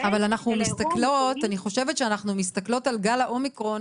אני חושבת שאנחנו מסתכלות על גל האומיקרון,